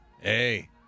Hey